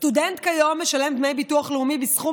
כיום סטודנט משלם דמי ביטוח לאומי בסכום